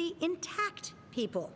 the intact people